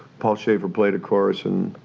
paul shaffer played of course, and